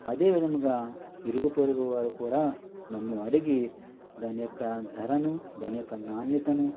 అదే విధముగా ఇరుగు పొరుగు వారు కూడా నన్నుఅడిగి దానియొక్క ధరను దాని యొక్క నాణ్యతను